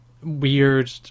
Weird